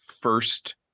first